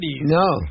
No